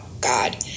God